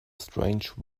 strange